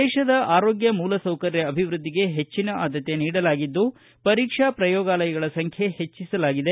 ದೇಶದ ಆರೋಗ್ಯ ಮೂಲಸೌಕರ್ಯ ಅಭಿವೃದ್ಧಿಗೆ ಹೆಚ್ಚಿನ ಆದ್ಯತೆ ನೀಡಲಾಗಿದ್ದು ಪರೀಕ್ಷಾ ಪ್ರಯೋಗಾಲಯಗಳ ಸಂಖ್ಣೆ ಹೆಚ್ಚಿಸಲಾಗಿದೆ